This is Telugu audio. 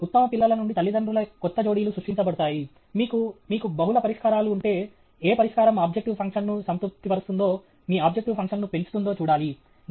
ఉత్తమ పిల్లల నుండి తల్లిదండ్రుల కొత్త జోడీలు సృష్టించబడతాయి మీకు మీకు బహుళ పరిష్కారాలు ఉంటే ఏ పరిష్కారం ఆబ్జెక్టివ్ ఫంక్షన్ను సంతృప్తిపరుస్తుందో మీ ఆబ్జెక్టివ్ ఫంక్షన్ను పెంచుతుందో చూడాలి